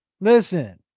Listen